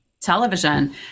television